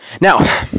now